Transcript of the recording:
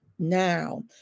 Now